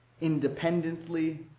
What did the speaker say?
independently